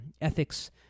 ethics